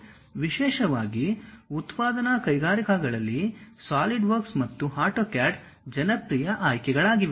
ವಿಶೇಷವಾಗಿ ಉತ್ಪಾದನಾ ಕೈಗಾರಿಕೆಗಳಲ್ಲಿ ಸಾಲಿಡ್ವರ್ಕ್ಸ್ ಮತ್ತು ಆಟೋಕ್ಯಾಡ್ ಜನಪ್ರಿಯ ಆಯ್ಕೆಗಳಾಗಿವೆ